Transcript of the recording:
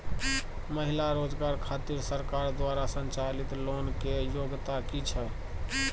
महिला रोजगार खातिर सरकार द्वारा संचालित लोन के योग्यता कि छै?